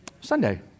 Sunday